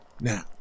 Now